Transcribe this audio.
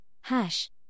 hash